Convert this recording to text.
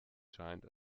scheint